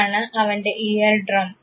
ഇതാണ് അവൻറെ ear drum